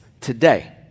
today